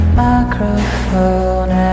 microphone